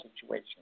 situation